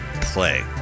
play